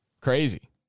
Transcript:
Crazy